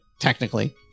technically